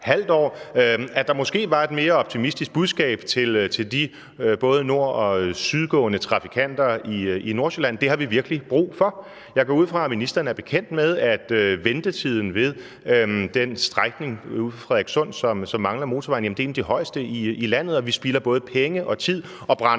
halvt år, at der måske var et mere optimistisk budskab til de både nord- og sydgående trafikanter i Nordsjælland, for det har vi virkelig brug for. Jeg går ud fra, at ministeren er bekendt med, at ventetiden ved den strækning uden for Frederikssund, som mangler en motorvej, er en af de højeste landet, og vi spilder både penge og tid og brænder